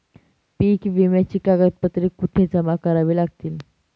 पीक विम्याची कागदपत्रे कुठे जमा करावी लागतील?